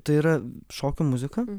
tai yra šokių muzika